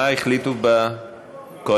מה החליטו בקואליציה?